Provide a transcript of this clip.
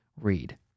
read